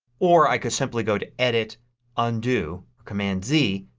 or i can simply go to edit undo, command z,